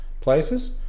places